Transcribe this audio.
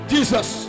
Jesus